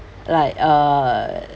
like uh